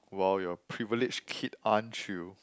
!wow! you're a privileged kid aren't you